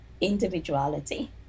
individuality